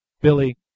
Billy